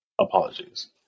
Apologies